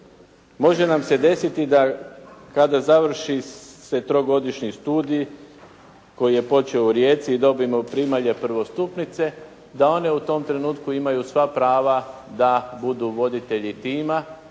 može nam se desiti da kada završi se trogodišnji studij koji je počeo u Rijeci i dobijemo primalje prvostupnice, da one u tom trenutku ima sva prava da budu voditelji tima